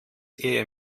eher